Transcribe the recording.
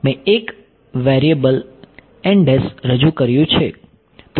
મેં એક વેરીએબલ રજૂ કર્યું છે